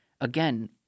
Again